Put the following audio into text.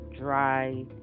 dry